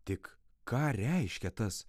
tik ką reiškia tas